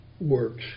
works